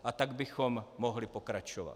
A tak bychom mohli pokračovat.